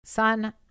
Son